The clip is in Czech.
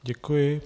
Děkuji.